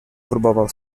próbował